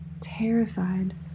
terrified